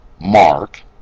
Mark